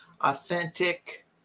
authentic